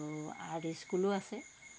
আৰু আৰ্ট স্কুলো আছে